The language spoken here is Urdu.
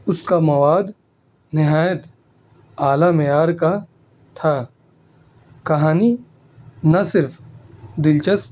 اس کا مواد نہایت اعلیٰ معیار کا تھا کہانی نہ صرف دلچسپ